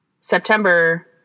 september